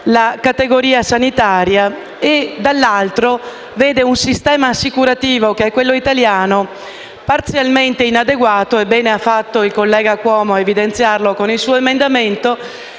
la categoria sanitaria, in presenza inoltre di un sistema assicurativo, quello italiano, parzialmente inadeguato (bene ha fatto il collega Cuomo a evidenziarlo con il suo emendamento)